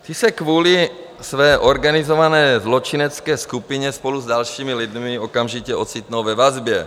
Ti se kvůli své organizované zločinecké skupině spolu s dalšími lidmi okamžitě ocitnou ve vazbě.